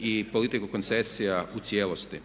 i politiku koncesija u cijelosti.